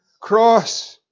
cross